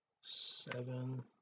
seven